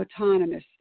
autonomous